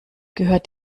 gehört